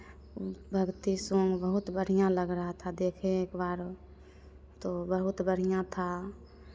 भक्ति सॉन्ग बहुत बढ़ियाँ लग रहा था देखें एक बार तो बहुत बढ़ियाँ था